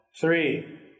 three